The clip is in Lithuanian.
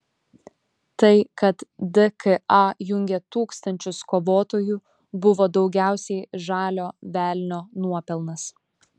tai kad dka jungė tūkstančius kovotojų buvo daugiausiai žalio velnio nuopelnas